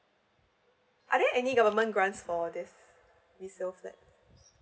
are there any government grants for this resale flat